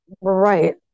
right